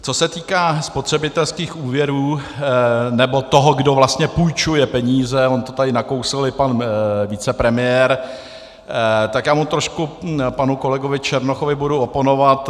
Co se týká spotřebitelských úvěrů nebo toho, kdo vlastně půjčuje peníze, on to tady nakousl i pan vicepremiér, tak já budu trošku panu kolegovi Černochovi oponovat.